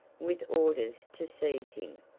with orders to seize him.